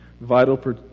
vital